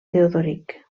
teodoric